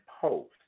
post